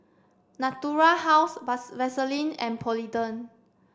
Natura House Vaselin and Polident